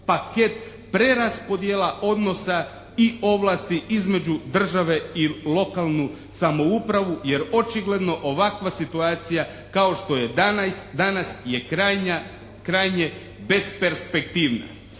paket preraspodjela odnosa i ovlasti između države i lokalnu samoupravu jer očigledno ovakva situacija kao što je danas je krajnja, krajnje bezperspektivna.